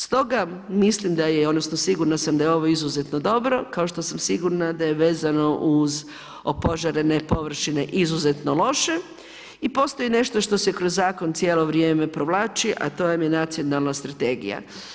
Stoga mislim da je, odnosno sigurna sam da je ovo izuzetno dobro, kao što sam sigurna da je vezano uz opožarene površine izuzetno loše i postoji nešto što se kroz zakon cijelo vrijeme provlači, a to vam je nacionalna strategija.